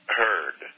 heard